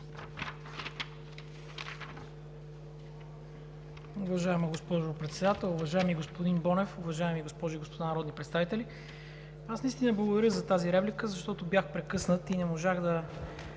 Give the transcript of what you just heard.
Уважаема госпожо Председател, уважаеми господин Бонев, уважаеми госпожи и господа народни представители! Аз наистина благодаря за тази реплика, защото бях прекъснат и не можах да